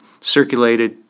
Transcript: circulated